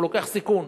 הוא לוקח סיכון.